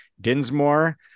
dinsmore